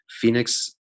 Phoenix